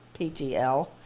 PTL